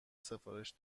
سفارش